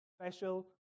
special